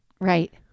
Right